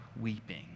weeping